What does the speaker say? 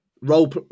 role